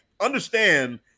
understand